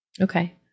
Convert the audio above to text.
Okay